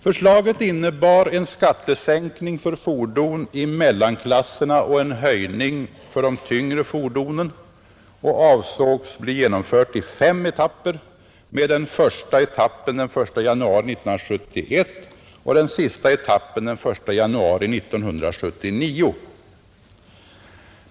Förslaget innebar en skattesänkning för fordon i mellanklasserna och en höjning för de tyngre fordonen och avsågs bli genomfört i fem etapper, med den första etappen den 1 januari 1971 och den sista etappen den 1 januari 1979.